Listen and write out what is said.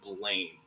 blame